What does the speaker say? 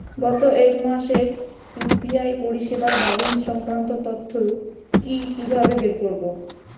গত এক মাসের ইউ.পি.আই পরিষেবার ব্যালান্স সংক্রান্ত তথ্য কি কিভাবে বের করব?